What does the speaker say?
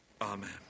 Amen